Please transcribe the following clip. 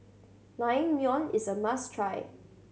naengmyeon is a must try